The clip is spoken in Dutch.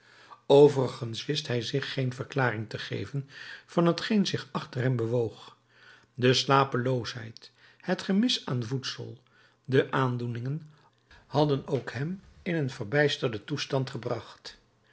overigens wist hij zich geen verklaring te geven van t geen zich achter hem bewoog de slapeloosheid het gemis aan voedsel de aandoeningen hadden ook hem in een verbijsterden toestand gebracht